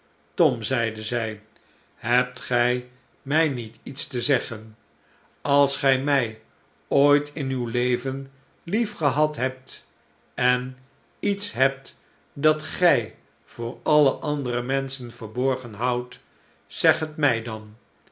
tom zeide zij hebt gij mij niet iets te zeggen als gij mij ooit in uw leven liefgehad hebt en iets hebt dat gij voor alle andere menschen verborgen houdt zeg het mij dan